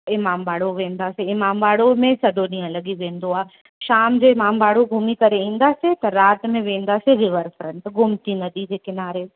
इमाम बाड़ो वेंदासीं इमाम बाड़ो में सॼो ॾींहुं लॻी वेंदो आहे शाम जे इमाम बाड़ो घुमी करे ईंदासीं त राति में वेंदासीं रिवर फ्रंट गोमती नदी जे किनारे